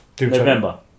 November